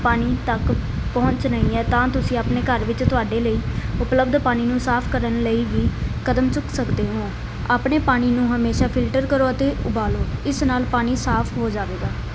ਪਾਣੀ ਤੱਕ ਪਹੁੰਚ ਨਹੀਂ ਹੈ ਤਾਂ ਤੁਸੀਂ ਆਪਣੇ ਘਰ ਵਿੱਚ ਤੁਹਾਡੇ ਲਈ ਉਪਲਬਧ ਪਾਣੀ ਨੂੰ ਸਾਫ਼ ਕਰਨ ਲਈ ਵੀ ਕਦਮ ਚੁੱਕ ਸਕਦੇ ਹੋ ਆਪਣੇ ਪਾਣੀ ਨੂੰ ਹਮੇਸ਼ਾ ਫਿਲਟਰ ਕਰੋ ਅਤੇ ਉਬਾਲੋ ਇਸ ਨਾਲ ਪਾਣੀ ਸਾਫ਼ ਹੋ ਜਾਵੇਗਾ